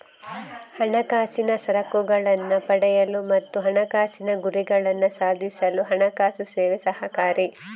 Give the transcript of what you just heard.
ಹಣಕಾಸಿನ ಸರಕುಗಳನ್ನ ಪಡೆಯಲು ಮತ್ತು ಹಣಕಾಸಿನ ಗುರಿಗಳನ್ನ ಸಾಧಿಸಲು ಹಣಕಾಸು ಸೇವೆ ಸಹಕಾರಿ